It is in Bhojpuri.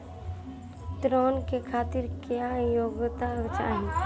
ऋण के खातिर क्या योग्यता चाहीं?